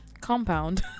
compound